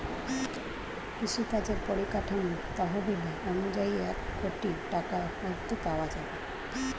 কৃষিকাজের পরিকাঠামো তহবিল অনুযায়ী এক কোটি টাকা অব্ধি পাওয়া যাবে